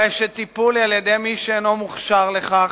הרי שטיפול על-ידי מי שאינו מוכשר לכך